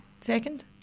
second